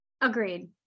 Agreed